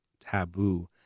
taboo